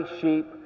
sheep